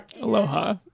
Aloha